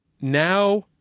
now